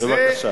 בבקשה.